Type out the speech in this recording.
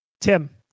Tim